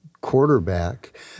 quarterback